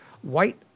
White